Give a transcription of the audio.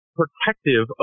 protective